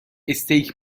استیک